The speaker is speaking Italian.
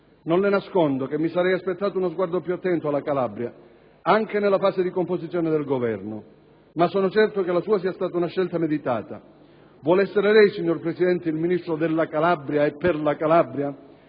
Non le nascondo che mi sarei aspettato uno sguardo più attento alla Calabria, anche nelle fase di composizione del Governo; sono certo, però, che la sua sia stata una scelta meditata. Vuol essere lei, signor Presidente, il Ministro della Calabria e per la Calabria,